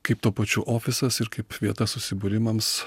kaip tuo pačiu ofisas ir kaip vieta susibūrimams